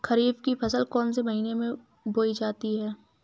खरीफ की फसल कौन से महीने में बोई जाती है?